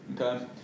Okay